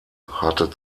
hatte